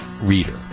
reader